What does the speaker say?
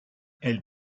elle